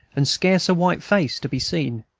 and scarce a white face to be seen,